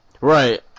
right